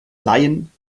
laien